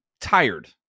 tired